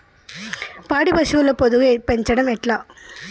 పాడి పశువుల పొదుగు పెంచడం ఎట్లా?